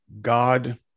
God